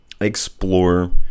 Explore